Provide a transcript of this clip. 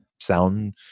sound